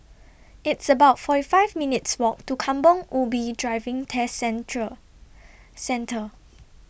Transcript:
It's about forty five minutes' Walk to Kampong Ubi Driving Test Central Centre